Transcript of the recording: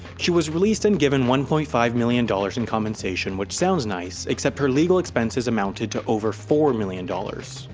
she was released and given one point five million dollars in compensation which sounds nice, except her legal expenses amounted to over four million dollars,